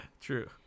true